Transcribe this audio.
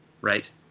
right